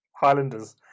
Highlanders